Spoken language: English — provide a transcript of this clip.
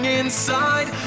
inside